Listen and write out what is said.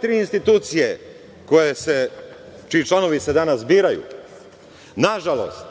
tri institucije, čiji članovi se danas biraju, nažalost